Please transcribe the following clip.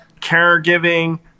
caregiving